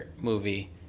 movie